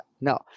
No